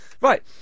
Right